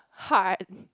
Heart